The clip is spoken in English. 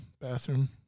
bathroom